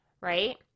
right